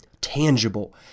tangible